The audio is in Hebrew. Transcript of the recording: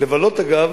לבלות, אגב,